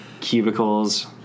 cubicles